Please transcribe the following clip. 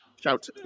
Shout